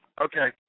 Okay